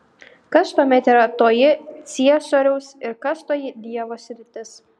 kas tuomet yra toji ciesoriaus ir kas toji dievo sritis